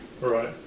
Right